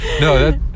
No